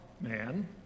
man